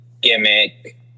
gimmick